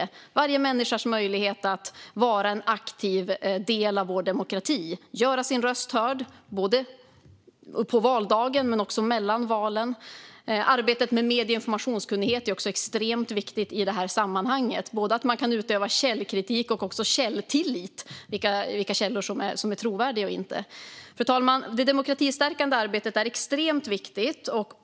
Det handlar om varje människas möjlighet att vara en aktiv del av vår demokrati och göra sin röst hörd på valdagen men också mellan valen. Arbetet med medie och informationskunnighet är också extremt viktigt i det här sammanhanget. Det handlar om att man kan utöva både källkritik och också källtillit när det gäller vilka källor som är trovärdiga eller inte. Fru talman! Det demokratistärkande arbetet är extremt viktigt.